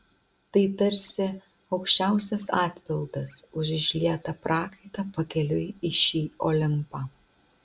tai tarsi aukščiausias atpildas už išlietą prakaitą pakeliui į šį olimpą